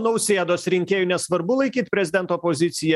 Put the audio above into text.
nausėdos rinkėjui nesvarbu laikyt prezidento poziciją